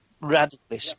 radically